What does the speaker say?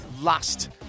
last